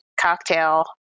cocktail